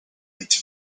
late